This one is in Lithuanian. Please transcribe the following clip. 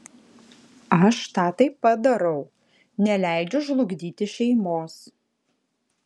aš tą taip pat darau neleidžiu žlugdyti šeimos